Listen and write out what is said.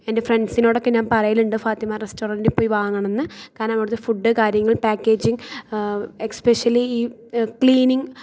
എൻ്റെ ഫ്രെൻഡ്സിനൊടൊക്കെ ഞാൻ പറയല്ണ്ട് ഫാത്തിമാ റെസ്റ്റോറൻറ്റിൽ പോയി വാങ്ങണമെന്ന് കാരണം അവിടത്തെ ഫുഡ്ഡ് കാര്യങ്ങൾ പാക്കേജിങ് എക്സ്പ്പെഷ്യലീ ക്ലീനിങ്